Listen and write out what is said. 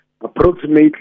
approximately